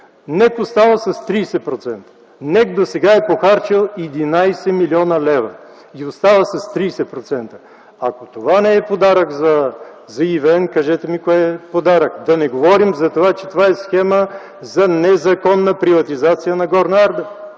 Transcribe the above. НЕК остава с 30%. НЕК досега е похарчил 11 млн. лв. и остава с 30%. Ако това не е подарък за ЕВН, кажете ми кое е подарък. Да не говорим, че това е схема за незаконна приватизация на „Горна Арда”.